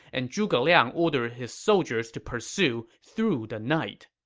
and zhuge liang ordered his soldiers to pursue through the night